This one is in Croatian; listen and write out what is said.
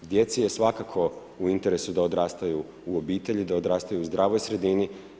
Djeci je svakako u interesu da odrastaju u obitelji, da odrastaju u zdravoj sredini.